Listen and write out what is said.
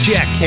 Jack